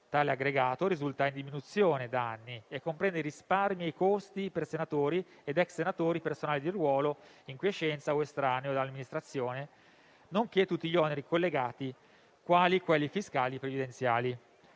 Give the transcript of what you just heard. Tale aggregato risulta in diminuzione da anni e comprende i risparmi e i costi per senatori ed ex senatori, personale di ruolo, in quiescenza o estraneo all'amministrazione, nonché tutti gli oneri collegati, quali quelli fiscali e previdenziali.